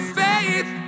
faith